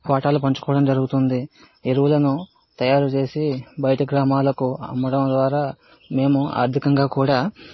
వాటాలు పంచుకోవడం జరుగుతుంది ఎరువులను తయారుచేసి బయట గ్రామాలకు అమ్మడం ద్వారా మేము ఆర్థికంగా కూడా